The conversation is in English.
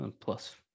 plus